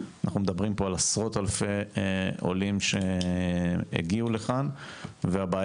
אנחנו מדברים פה על עשרות אלפי עולים שהגיעו לכאן והבעיה